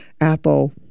apple